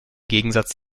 gegensatz